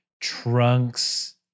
Trunks